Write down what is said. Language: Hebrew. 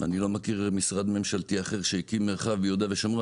אני לא מכיר משרד ממשלתי אחר שהקים מרחב יהודה ושומרון.